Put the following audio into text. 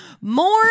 more